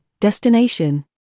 destination